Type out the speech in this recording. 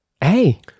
Hey